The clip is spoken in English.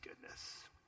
goodness